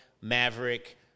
Maverick